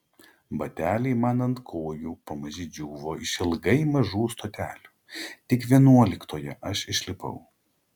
bateliai man ant kojų pamaži džiūvo išilgai mažų stotelių tik vienuoliktoje aš išlipau